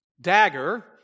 dagger